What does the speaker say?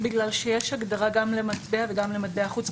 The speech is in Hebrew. בגלל שיש הגדרה גם למטבע וגם למטבע חוץ.